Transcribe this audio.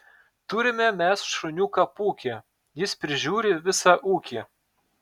turime mes šuniuką pūkį jis prižiūri visą ūkį